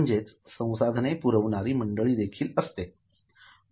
म्हणजेच संसाधने पुरविणारी मंडळी देखील असते